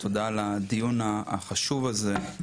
ותודה על הדיון החשוב הזה.